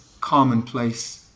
commonplace